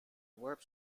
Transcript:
warp